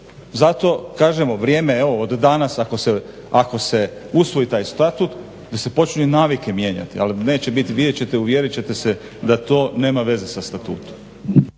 zato kažemo vrijeme evo od danas ako se usvoji taj statut da se počinju navike mijenjati al neće biti vidjet ćete uvjerit ćete se da to nema veze sa statutom.